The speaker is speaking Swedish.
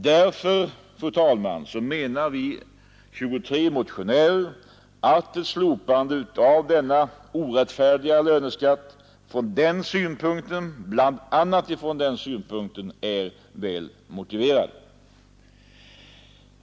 Därför, fru talman, menar vi 23 motionärer att ett slopande av denna orättfärdiga löneskatt, bl.a. ifrån den synpunkten, är väl motiverad.